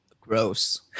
Gross